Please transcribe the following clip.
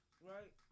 right